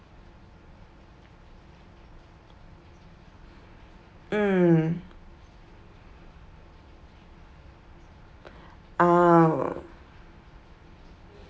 mm ah